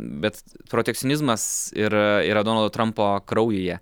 bet protekcionizmas ir yra donaldo trumpo kraujyje